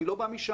אני לא בא משם,